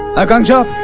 akansha